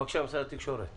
בבקשה, משרד התקשורת.